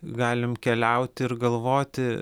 galim keliauti ir galvoti